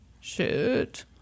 shoot